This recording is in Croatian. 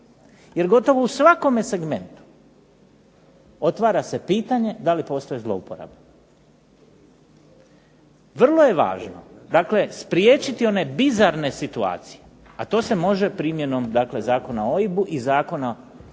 jer gotovo u svakome segmentu otvara se pitanje da li postoje zlouporabe. Vrlo je važno spriječiti one bizarne situacije, a to se može primjenom Zakona o OIB-u i Zakona koji